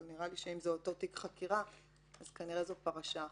אבל נראה לי שאם זה אותו תיק חקירה אז כנראה זאת פרשה אחת.